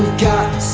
got